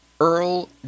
Earl